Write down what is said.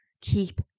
Keep